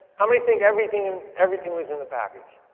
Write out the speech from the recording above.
how many think everything everything was in the package?